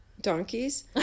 Donkeys